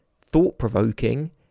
thought-provoking